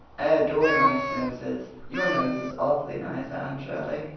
i adore nice noses. your nose is awfully nice, anne shirley.